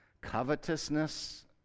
Covetousness